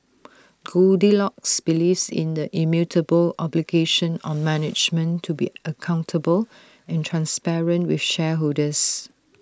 goldilocks believes in the immutable obligation on management to be accountable and transparent with shareholders